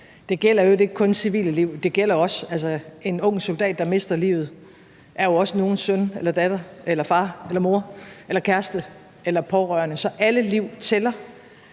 Det gælder i øvrigt ikke kun civile liv, det gælder også en ung soldat, der mister livet. Det er jo også nogens søn eller datter eller far eller mor eller kæreste eller pårørende. Så alle liv tæller.